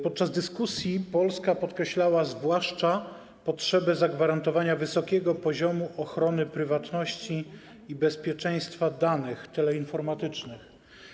Podczas dyskusji Polska podkreślała zwłaszcza potrzebę zagwarantowania wysokiego poziomu ochrony prywatności i bezpieczeństwa danych teleinformatycznych.